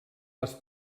les